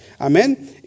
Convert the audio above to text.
Amen